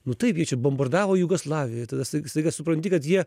nu taip jie čia bombardavo jugoslaviją tada staiga supranti kad jie